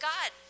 God